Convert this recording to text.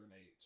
age